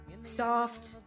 soft